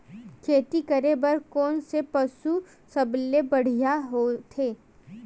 खेती करे बर कोन से पशु सबले बढ़िया होथे?